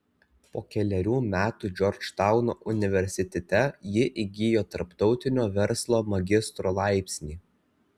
po kelerių metų džordžtauno universitete ji įgijo tarptautinio verslo magistro laipsnį